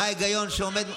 מה ההיגיון שעומד,